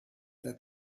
that